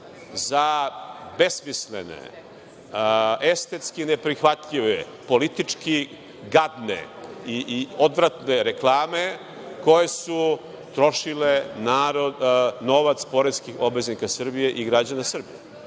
za besmislene, estetski neprihvatljive, politički gadne i odvratne reklame koje su trošile novac poreskih obveznika Srbije i građana